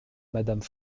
madame